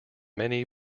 many